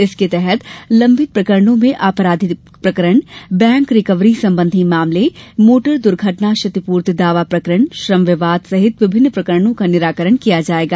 इसके तहत लम्बित प्रकरणों में आपराधिक प्रकरण बैंक रिकवरी संबंधी मामले मोटर दुर्घटना क्षतिपूर्ति दावा प्रकरण श्रम विवाद सहित विभिन्न प्रकरणों का निराकरण किया जायेगा